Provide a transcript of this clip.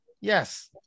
Yes